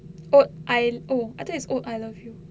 oat I oh I think is oat I love you